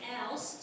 else